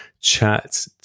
chat